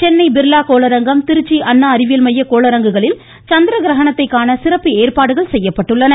சென்னை பிர்லா திருச்சி அண்ணா அறிவியல் மைய கோளரங்குகளில் சந்திரகிரஹணத்தை காண சிறப்பு ஏற்பாடுகள் செய்யப்பட்டுள்ளன